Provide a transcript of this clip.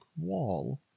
wall